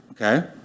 Okay